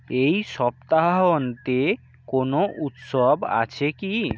এই সপ্তাহান্তে কোনও উৎসব আছে কি